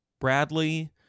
Bradley